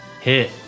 Hit